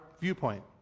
viewpoint